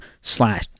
slash